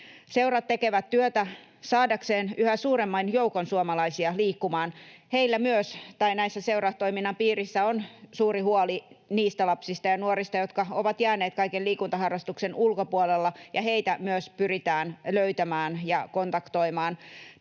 Seurat tekevät työtä saadakseen yhä suuremman joukon suomalaisia liikkumaan. Tämän seuratoiminnan piirissä on suuri huoli niistä lapsista ja nuorista, jotka ovat jääneet kaiken liikuntaharrastuksen ulkopuolelle, ja myös heitä pyritään löytämään ja kontaktoimaan.